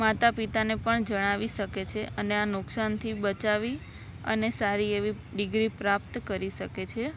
માતા પિતાને પણ જણાવી શકે છે અને આ નુકસાનથી બચાવી અને સારી એવી ડિગ્રી પ્રાપ્ત કરી શકે છે